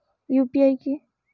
UPI কি?